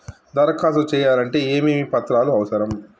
దరఖాస్తు చేయాలంటే ఏమేమి పత్రాలు అవసరం?